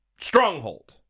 stronghold